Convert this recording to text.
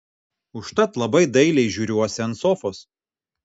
užtat labai dailiai žiūriuosi ant sofos